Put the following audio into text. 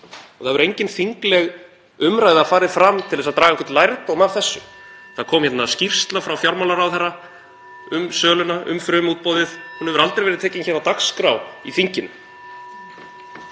og það hefur engin þingleg umræða farið fram til að draga einhvern lærdóm af þessu. Það kom skýrsla frá fjármálaráðherra um söluna, um frumútboðið. Hún hefur aldrei verið tekin hér á dagskrá í þinginu.